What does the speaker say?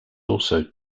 also